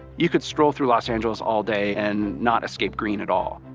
you could stroll through los angeles all day and not escape green at all.